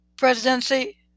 Presidency